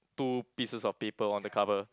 two pieces of paper on the cover